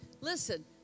Listen